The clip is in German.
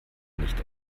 nicht